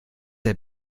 der